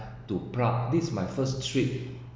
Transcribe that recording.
to prague this is my first trip